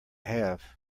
have